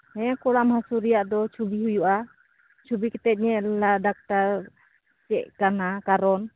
ᱦᱮᱸ ᱠᱚᱲᱟᱢ ᱦᱟᱹᱥᱩ ᱨᱮᱭᱟᱜ ᱫᱚ ᱪᱷᱚᱵᱤ ᱦᱩᱭᱩᱜᱼᱟ ᱪᱷᱚᱵᱤ ᱠᱟᱛᱮ ᱧᱮᱞᱟᱭ ᱰᱟᱠᱛᱟᱨ ᱪᱮᱫ ᱠᱟᱱᱟ ᱠᱟᱨᱚᱱ